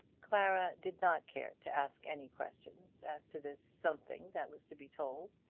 clara did not care to ask any questions as to this something that was to be told,